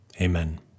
Amen